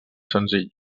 senzill